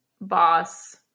boss